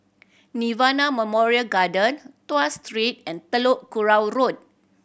Nirvana Memorial Garden Tuas Street and Telok Kurau Road